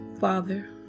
Father